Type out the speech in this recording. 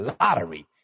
Lottery